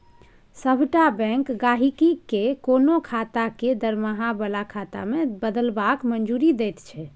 सभटा बैंक गहिंकी केँ कोनो खाता केँ दरमाहा बला खाता मे बदलबाक मंजूरी दैत छै